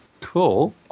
Cool